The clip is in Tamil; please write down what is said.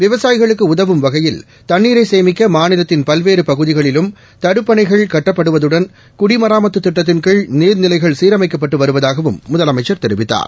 விவசாயிகளுக்கு உதவும் வகையில் தன்ணீரை சேமிக்க மாநிலத்தின் பல்வேறு பகுதிகளிலும் தடுப்பணைகள் கட்டப்படுவதுடன் குடிமராமத்து திட்டத்தின்கீழ் நீர்நிலைகள் சீரமைக்கப்பட்டு வருவதாகவும் முதலமைச்சர் தெரிவித்தார்